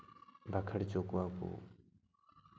ᱵᱟᱸᱠᱷᱮᱲ ᱦᱚᱪᱚ ᱠᱚᱣᱟ ᱠᱚ